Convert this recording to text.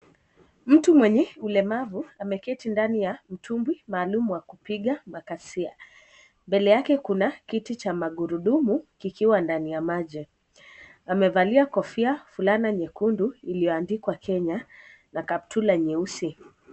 Mtu mwenye ulemavu ameketi ndani ya mtumbwi maalumu wa kupiga makasia mbele yake kuna kiti cha magurudumu kikiwa ndani ya maji amevalia kofia fulana nyekundu ilio andikwa kenya na kaptula nyeusi.